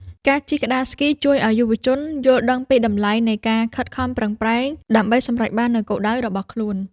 ការជិះក្ដារស្គីជួយឱ្យយុវជនយល់ដឹងពីតម្លៃនៃការខិតខំប្រឹងប្រែង ដើម្បីសម្រេចបាននូវគោលដៅរបស់ខ្លួន។